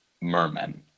Merman